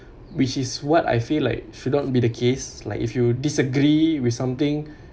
which is what I feel like shouldn't be the case like if you disagree with something